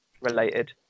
related